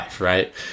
right